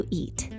eat